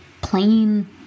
plain